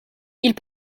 ils